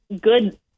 good